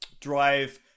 drive